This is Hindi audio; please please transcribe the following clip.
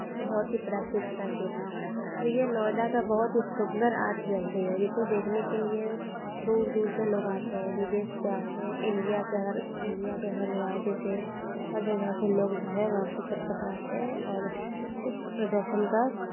बहुत ही प्राचीन प्राचीन तो ये नोएडा का बहुत ही सुन्दर आट गैलरी है जिसे देखने के लिए दूर दूर से लोग आते हैं विदेश से आते हैं इंडिया से हर इंडिया के हर राज्य से और जगह से लोग जो है वहाँ टिकट कटवाते हैं और उस प्रदर्शन का